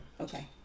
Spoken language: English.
Okay